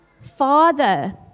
father